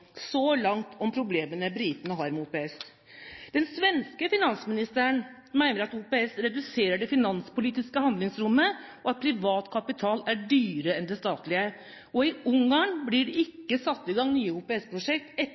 Så langt om problemene britene har med OPS. Den svenske finansministeren mener at OPS reduserer det finanspolitiske handlingsrommet, og at privat kapital er dyrere enn den statlige. Og i Ungarn blir det ikke satt i gang nye